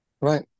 Right